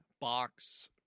box